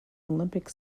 olympic